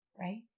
right